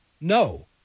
No